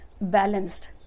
balanced